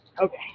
Okay